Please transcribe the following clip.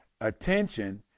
attention